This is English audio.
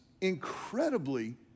incredibly